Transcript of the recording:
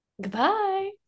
Goodbye